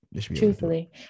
truthfully